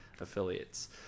affiliates